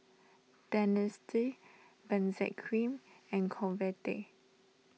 Dentiste Benzac Cream and Convatec